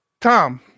Tom